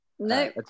No